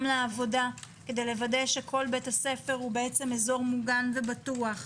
לעבודה כדי לוודא שכל בית הספר הוא אזור מוגן ובטוח.